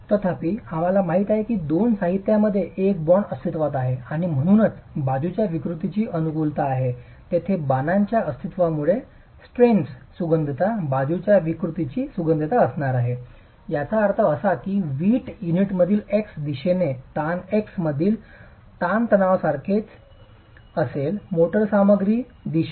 तथापि आम्हाला माहित आहे की दोन साहित्यामध्ये एक बॉन्ड अस्तित्वात आहे आणि म्हणूनच बाजूच्या विकृतींची अनुकूलता आहे तेथे बाणांच्या अस्तित्वामुळे स्ट्रॅन्सची सुसंगतता बाजूच्या विकृतींची सुसंगतता असणार आहे ज्याचा अर्थ असा आहे की वीट युनिटमधील एक्स दिशेने ताण x मधील तणावसारखेच असेल मोर्टार सामग्री मध्ये दिशा